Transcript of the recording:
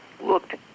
looked